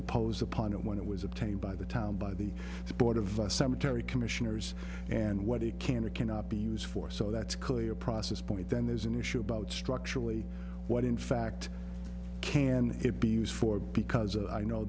imposed upon it when it was obtained by the town by the board of a cemetery commissioners and what it can or cannot be used for so that's clearly a process point then there's an issue about structurally what in fact can it be used for because i know